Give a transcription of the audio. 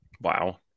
wow